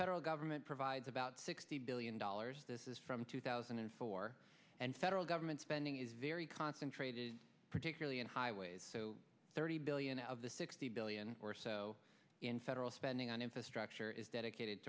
federal government provides about sixty billion dollars this is from two thousand and four and federal government spending is very concentrated particularly in highways so thirty billion of the sixty billion or so in federal spending on infrastructure is dedicated